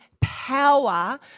power